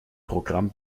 programm